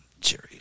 Jerry